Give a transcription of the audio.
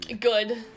Good